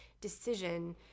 decision